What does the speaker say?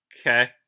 okay